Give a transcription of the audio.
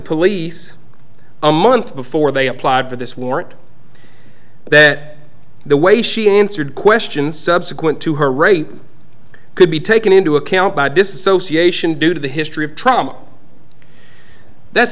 police a month before they applied for this warrant that the way she answered questions subsequent to her rape could be taken into account by dissociation due to the history of trauma that's